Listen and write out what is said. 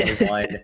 one